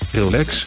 relax